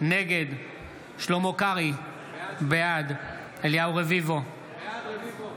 נגד שלמה קרעי, בעד אליהו רביבו, בעד משה רוט,